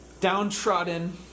downtrodden